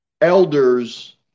elders